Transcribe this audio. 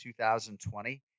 2020